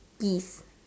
is